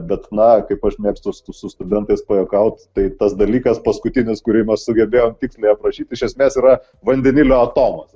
bet na kaip aš mėgstu su studentais pajuokaut tai tas dalykas paskutinis kurį mes sugebėjom tiksliai aprašyti iš esmės yra vandenilio atomas